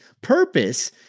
purpose